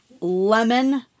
lemon